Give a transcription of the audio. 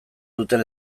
duten